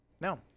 No